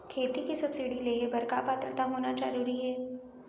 खेती के सब्सिडी लेहे बर का पात्रता होना जरूरी हे?